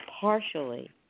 partially